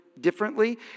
differently